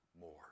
more